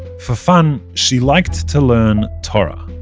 for fun, she liked to learn torah.